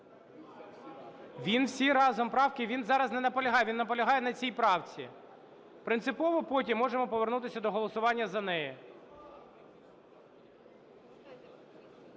Він всі разом правки, він зараз не наполягає, він наполягає на цій правці. Принципово – потім можемо повернутися до голосування за неї.